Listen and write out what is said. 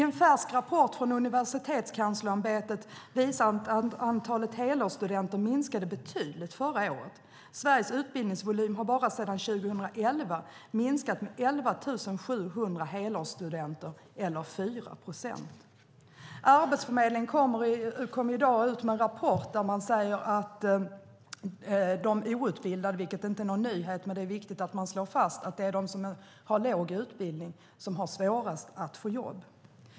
En färsk rapport från Universitetskanslersämbetet visar att antalet helårsstudenter minskade betydligt förra året. Sveriges utbildningsvolym har sedan 2011 minskat med 11 700 helårsstudenter, det vill säga 4 procent. Arbetsförmedlingen kom i dag ut med en rapport där det framgår att de outbildade - inte en nyhet men viktigt att slå fast - har svårast att få jobb.